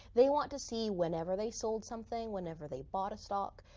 they want to see whenever they sold something, whenever they bought a stock.